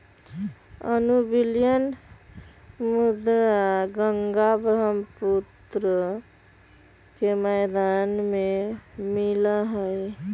alluvial मृदा गंगा बर्ह्म्पुत्र के मैदान में मिला हई